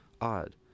Odd